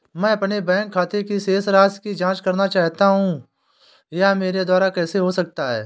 मैं अपने बैंक खाते की शेष राशि की जाँच करना चाहता हूँ यह मेरे द्वारा कैसे हो सकता है?